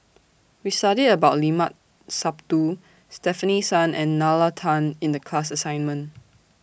We studied about Limat Sabtu Stefanie Sun and Nalla Tan in The class assignment